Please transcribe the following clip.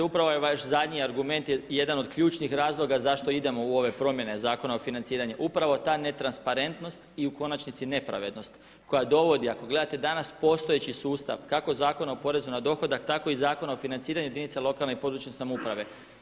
Uvažena zastupnice upravo vaš zadnji argument je jedan od ključnih razloga zašto idemo u ove promjene Zakona o financiranju, upravo ta netransparentnost i u konačnici nepravednost koja dovodi, ako gledate danas postojeći sustav kako Zakona o porezu na dohodak, tako i Zakona o financiranju jedinica lokalne i područne samouprave.